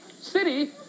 City